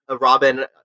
Robin